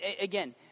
again